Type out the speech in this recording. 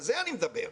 על זה אני מדבר.